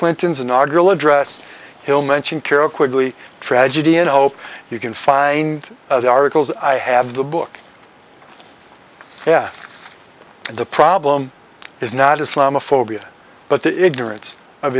clinton's inaugural address he'll mention carol quickly tragedy and hope you can find the articles i have the book yeah the problem is not islamophobia but the ignorance of